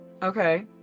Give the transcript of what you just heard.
Okay